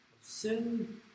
sin